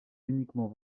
uniquement